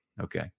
okay